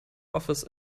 office